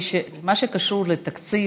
במה שקשור לתקציב,